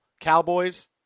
Cowboys